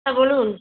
হ্যাঁ বলুন